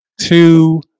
two